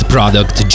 Product